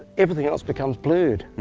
everything else becomes blurred.